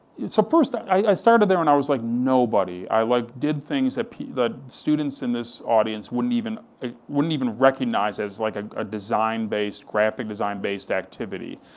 so first, i started there when and i was like nobody, i like, did things that that students in this audience wouldn't even wouldn't even recognize as like, a ah design-based graphic design-based activity.